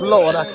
Lord